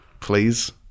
Please